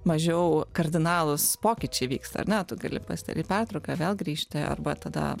mažiau kardinalūs pokyčiai vyksta ar ne tu gali pasidaryt pertrauką vėl grįžti arba tada